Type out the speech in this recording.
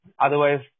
Otherwise